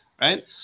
right